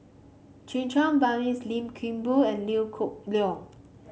Checha Lim Kim Boon and Liew cook Leong